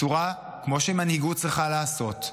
כמו שמנהיגות צריכה לעשות,